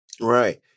Right